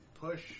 push